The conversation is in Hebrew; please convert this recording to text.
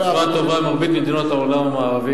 ישראל צלחה אותו בצורה טובה ממרבית מדינות העולם המערבי,